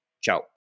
ciao